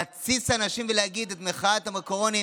להתסיס אנשים ולהגיד: זאת מחאת המקרונים,